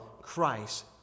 Christ